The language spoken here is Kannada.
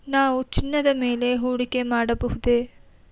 ನಾವು ಚಿನ್ನದ ಮೇಲೆ ಹೂಡಿಕೆ ಮಾಡಬಹುದೇ?